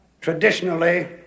traditionally